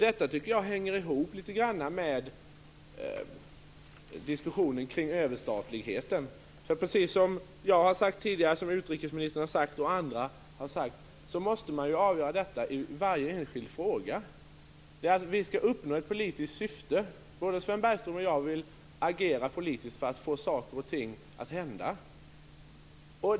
Detta tycker jag litet grand hänger ihop med diskussionen kring överstatligheten. Precis som jag har sagt tidigare, liksom även utrikesministern och andra, måste man avgöra detta i varje enskild fråga. Vi skall uppnå ett politiskt syfte. Både Sven Bergström och jag vill agera politiskt för att få saker och ting att hända.